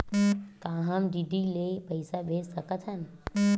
का हम डी.डी ले पईसा भेज सकत हन?